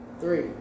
three